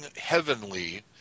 heavenly